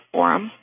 Forum